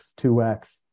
2x